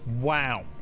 Wow